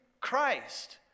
Christ